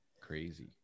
Crazy